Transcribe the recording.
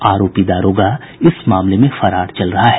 आरोपी दारोगा इस मामले में फरार चल रहा है